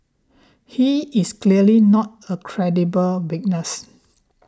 he is clearly not a credible witness